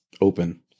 open